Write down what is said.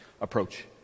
approach